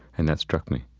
and that struck me